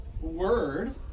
word